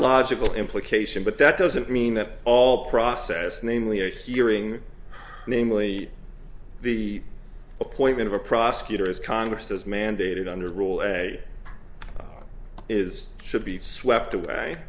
logical implication but that doesn't mean that all process namely a hearing namely the appointment of a prosecutor as congress has mandated under rule a is should be swept away